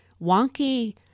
wonky